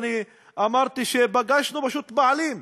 ואני אמרתי שפגשנו פשוט בעלים